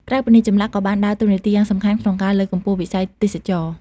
ក្រៅពីនេះ ចម្លាក់ក៏បានដើរតួនាទីយ៉ាងសំខាន់ក្នុងការលើកកម្ពស់វិស័យទេសចរណ៍។